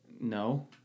no